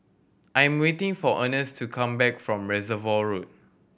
I'm waiting for Ernest to come back from Reservoir Road